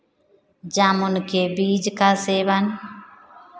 जामुन के बीज का सेवन